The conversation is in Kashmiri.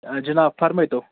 جِناب فَرمایتو